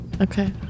Okay